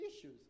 issues